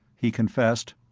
he confessed.